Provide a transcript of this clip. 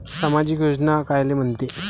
सामाजिक योजना कायले म्हंते?